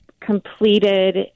completed